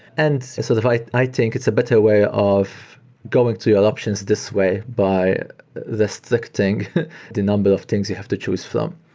and sort of i i think it's a better way of going to your options this way by restricting the number of things you have to choose from.